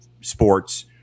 sports